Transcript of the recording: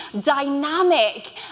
dynamic